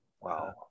Wow